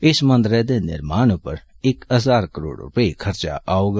इस मंदरै दे निर्माण पर इक हजार करोड़ रपे खर्चा औग